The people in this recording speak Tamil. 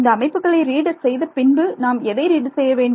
இந்த அமைப்புகளை ரீட் செய்த பின்பு நாம் எதை ரீட் செய்ய வேண்டும்